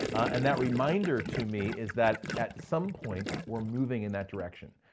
and that reminder to me is that at some point we're moving in that direction.